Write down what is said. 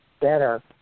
better